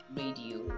radio